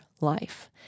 life